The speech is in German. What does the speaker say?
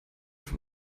auf